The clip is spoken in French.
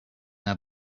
n’a